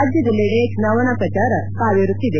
ರಾಜ್ಯದೆಲ್ಲೆಡೆ ಚುನಾವಣಾ ಪ್ರಚಾರ ಕಾವೇರುತ್ತಿದೆ